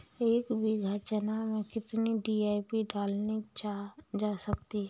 एक बीघा चना में कितनी डी.ए.पी डाली जा सकती है?